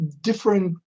different